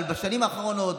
בשנים האחרונות,